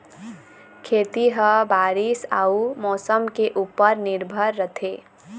खेती ह बारीस अऊ मौसम के ऊपर निर्भर रथे